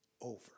over